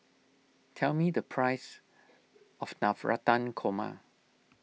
tell me the price of Navratan Korma